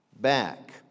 back